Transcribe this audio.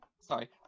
Sorry